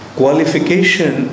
qualification